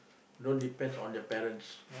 don't depends on your parents